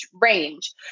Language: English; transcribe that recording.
range